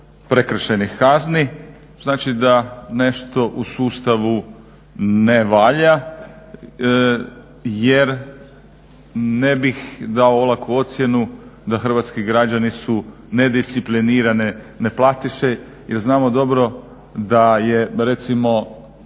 prekršajnih kazni znači da nešto u sustavu ne valja jer ne bih dao olaku ocjenu da Hrvatski građani su nedisciplinirane neplatiše jer znamo dobro da je recimo